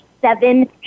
seven